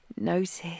Notice